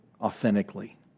authentically